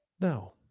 No